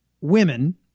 women